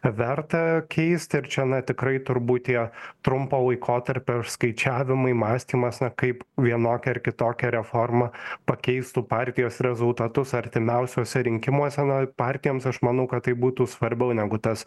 verta keisti ir čia na tikrai turbūt tie trumpo laikotarpio skaičiavimai mąstymas kaip vienokia ar kitokia reforma pakeistų partijos rezultatus artimiausiuose rinkimuose na partijoms aš manau kad tai būtų svarbiau negu tas